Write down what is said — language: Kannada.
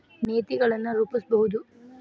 ನೇತಿಗಳನ್ ರೂಪಸ್ಬಹುದು